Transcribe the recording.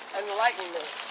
enlightenment